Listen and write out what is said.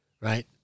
right